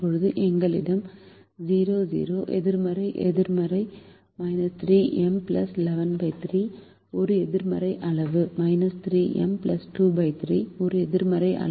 இப்போது எங்களிடம் 0 0 எதிர்மறை எதிர்மறை 3 M 113 ஒரு எதிர்மறை அளவு 3 M 23 ஒரு எதிர்மறை அளவு